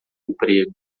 emprego